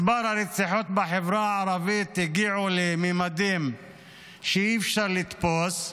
מספר הרציחות בחברה הערבית הגיע לממדים שאי-אפשר לתפוס,